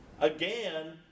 Again